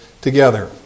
together